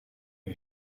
you